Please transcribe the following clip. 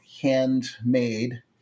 handmade